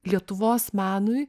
lietuvos menui